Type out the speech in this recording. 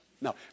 no